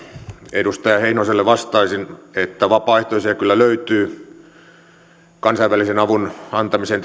edustaja heinoselle vastaisin että vapaaehtoisia kyllä löytyy kansainvälisen avun antamisen